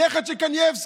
הנכד של קנייבסקי.